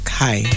hi